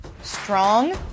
strong